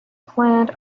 plant